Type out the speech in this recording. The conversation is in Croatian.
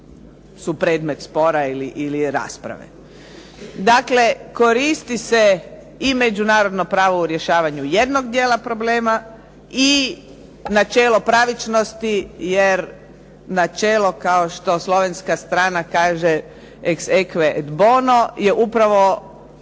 su predmet spora ili rasprave. Dakle, koristi se i međunarodno pravo u rješavanju jednog dijela problema i načelo pravičnosti jer načelo, kao što slovenska strana kaže ex aequo et bono, upravo